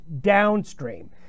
downstream